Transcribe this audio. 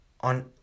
On